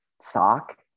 sock